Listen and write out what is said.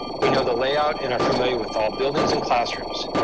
we know the layout and are familiar with all buildings and classrooms.